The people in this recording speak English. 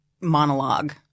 monologue